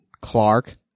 Clark